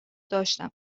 داشتم